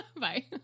Bye